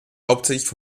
hauptsächlich